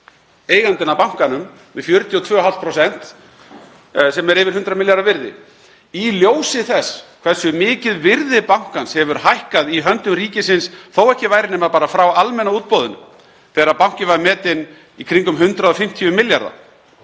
eigandinn að bankanum, með 42,5% sem er yfir 100 milljarða virði. Í ljósi þess hversu mikið virði bankans hefur hækkað í höndum ríkisins, þó ekki væri nema bara frá almenna útboðinu þegar bankinn var metinn í kringum 150 milljarða